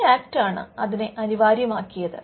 ഈ ആക്ട് ആണ് അത് അനിവാര്യമാക്കിയത്